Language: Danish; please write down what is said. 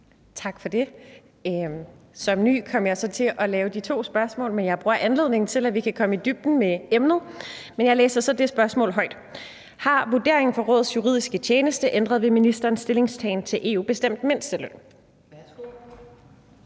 Tak for det. Som ny kom jeg så til at lave to spørgsmål, men jeg bruger anledningen til, at vi kan komme i dybden med emnet. Jeg læser spørgsmålet højt: Har vurderingen fra Rådets juridiske tjeneste ændret ved ministerens stillingtagen til EU-bestemt mindsteløn?